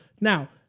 Now